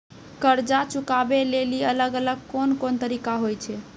कर्जा चुकाबै लेली अलग अलग कोन कोन तरिका होय छै?